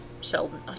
Sheldon